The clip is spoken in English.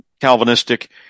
Calvinistic